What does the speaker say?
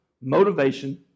motivation